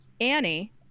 Annie